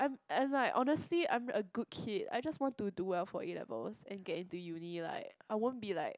and like honestly I'm a good kid I just want to do well for A-levels and get into uni like I won't be like